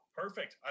perfect